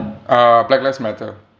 uh black lives matter